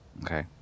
Okay